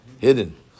hidden